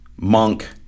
Monk